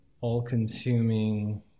all-consuming